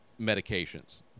medications